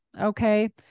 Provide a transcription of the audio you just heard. Okay